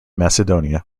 macedonia